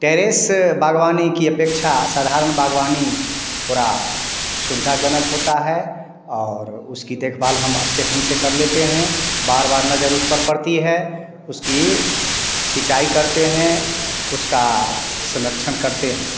terrace बागबानी कि अपेक्षा साधारण बागवानी थोड़ा सुविधा जनक होता है और उसकी देखभाल हम अच्छे ढंग से कर लेते हैं बार बार नज़र उस पर पड़ती है उसकी सिंचाई करते हैं उसका संरक्षण करते हैं